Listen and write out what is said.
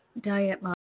diet